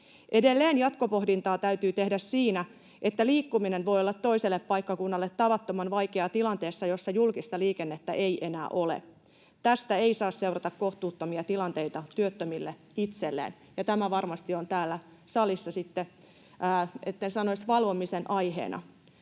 Edelleen jatkopohdintaa täytyy tehdä siinä, että liikkuminen toiselle paikkakunnalle voi olla tavattoman vaikeaa tilanteessa, jossa julkista liikennettä ei enää ole. Tästä ei saa seurata kohtuuttomia tilanteita työttömille itselleen, ja tämä varmasti on täällä salissa sitten,